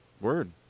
Word